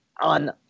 on